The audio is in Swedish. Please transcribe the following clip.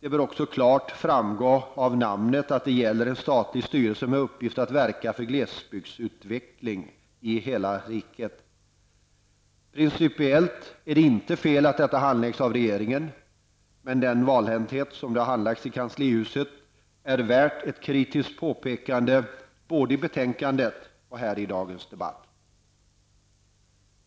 Det bör också klart framgå av namnet att det gäller en statlig styrelse med uppgift att verka för glesbygdsutveckling i hela riket. Principiellt är det inte fel att detta handläggs av regeringen, men den valhänthet som detta har handlagts med i kanslihuset är värt ett kritiskt påpekande både i betänkandet och här i dagens debatt.